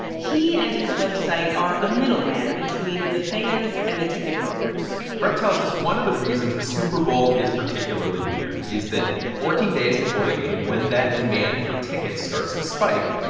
he and his website are a middleman between the fans and the ticket brokers brett tells us one of the reasons the super bowl is particularly weird is that fourteen days before the game, when that demand for tickets starts to spike,